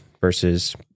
versus